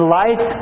light